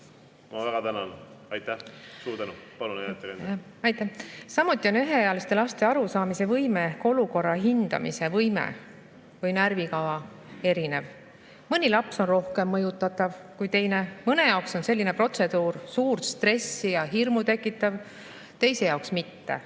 Ma väga tänan. Aitäh! Suur tänu! Palun jätkake, hea ettekandja. Aitäh! Samuti on üheealiste laste arusaamisvõime, olukorra hindamise võime või närvikava erinev. Mõni laps on rohkem mõjutatav kui teine, mõne jaoks on selline protseduur suurt stressi ja hirmu tekitav, teise jaoks mitte.